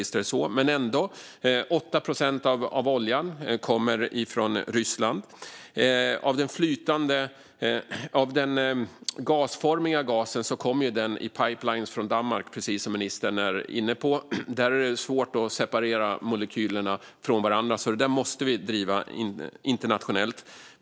Visst är det så, men ändå kommer 8 procent av oljan från Ryssland. Den gasformiga gasen kommer i pipeline från Danmark, precis som ministern säger, och där är det svårt att separera molekylerna från varandra, så den frågan måste vi driva internationellt.